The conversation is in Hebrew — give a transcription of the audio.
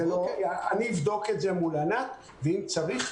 אני אבדוק את זה מול ענת ואם צריך,